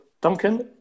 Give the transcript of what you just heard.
Duncan